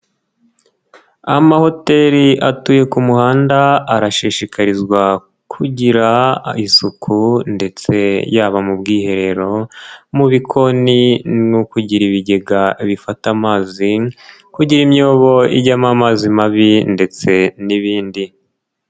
Amahoteli atuye ku muhanda arashishikarizwa kugira isuku ndetse yaba mu bwiherero, mu bikoni no ukugira ibigega bifata amazi, kugira imyobo ijyamo amazi mabi ndetse n'ibindi.